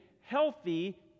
healthy